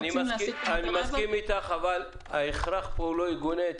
מסכים אתך אבל ההכרח פה לא יגונה.